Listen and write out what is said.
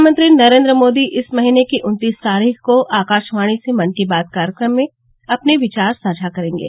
प्रधानमंत्री नरेन्द्र मोदी इस महीने की उन्तीस तारीख को आकाशवाणी से मन की बात कार्यक्रम में अपने विचार साझा करेंगे